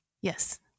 Yes